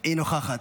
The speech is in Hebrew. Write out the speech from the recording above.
היא נוכחת,